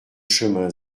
chemin